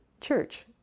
church